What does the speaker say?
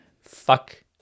fuck